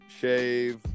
shave